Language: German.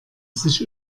sich